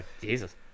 Jesus